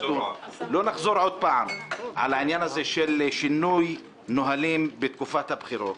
לא נחזור עוד פעם על העניין הזה של שינוי נהלים בתקופת הפגרה,